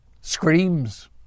screams